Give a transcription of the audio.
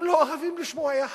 הם לא אוהבים לשמוע "יא-חראם".